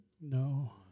No